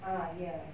uh ya